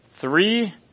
three